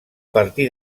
partir